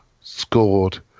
scored